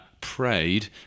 prayed